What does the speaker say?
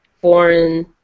foreign